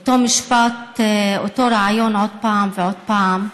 אותו משפט, אותו רעיון, עוד פעם ועוד פעם: